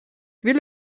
will